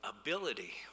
ability